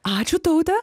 ačiū taute